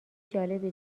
جالبی